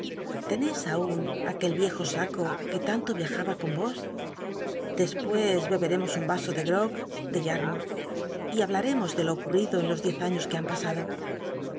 aun aquel viejo saco ue tanto viajaba con os despues beberemos ur vaso de grog de y lmouth y hablaremos de lo oclll'l'ido en jos diez aííos que han pas